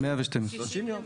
שלושים יום.